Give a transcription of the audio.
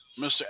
Mr